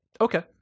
Okay